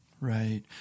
Right